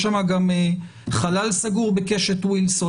יש שם גם חלל סגור בקשת וילסון.